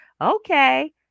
okay